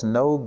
no